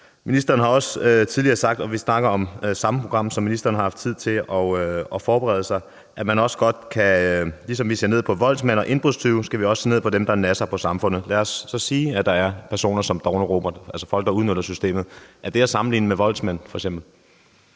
Ministeren har også tidligere sagt – og vi snakker om det samme program, så ministeren har haft tid til at forberede sig – at ligesom vi ser ned på voldsmænd og indbrudstyve, skal vi også se ned på dem, der nasser på samfundet. Lad os så sige, at der er personer som Dovne Robert, altså folk, der udnytter systemet. Er det at sammenligne med f.eks. voldsmænd?